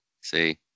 See